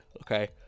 okay